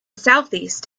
southeast